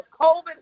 COVID